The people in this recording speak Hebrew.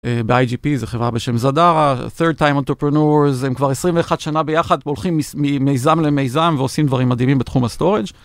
באיי ג'י פי זה חברה בשם זדארה third time entrepreneurs הם כבר 21 שנה ביחד הולכים ממיזם למיזם ועושים דברים מדהימים בתחום הסטוראג'